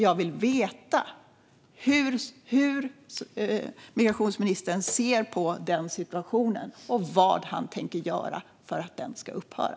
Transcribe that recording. Jag vill veta hur migrationsministern ser på den situationen och vad han tänker göra för att den ska upphöra.